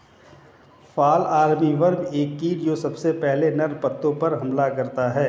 fall armyworm एक कीट जो सबसे पहले नर्म पत्तों पर हमला करता है